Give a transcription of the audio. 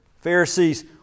Pharisees